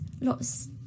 lots